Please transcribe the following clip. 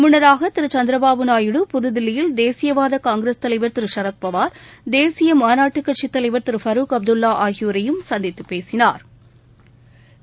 முன்னதாக திரு சந்திரபாபு நாயுடு புதுதில்லியில் தேசியவாத காங்கிரஸ் தலைவர் திரு சுரத்பவார் தேசிய மாநாட்டுக் கட்சித் தலைவா் திரு ஃபரூக் அப்துல்வா ஆகியோரையும் சந்தித்து பேசினாா்